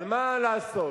אבל מה לעשות?